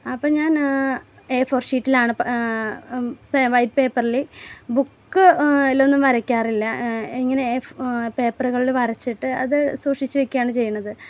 അപ്പം ഞാൻ A four ഷീറ്റിലാണ് വൈറ്റ് പേപ്പറിൽ ബുക്ക് അതിലൊന്നും വരയ്ക്കാറില്ല ഇങ്ങനെ പേപ്പറുകളിൽ വരച്ചിട്ട് അത് സൂക്ഷിച്ച് വയ്ക്കയാണ് ചെയ്യണത്